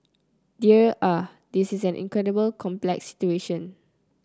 dear ah this is an incredibly complex situation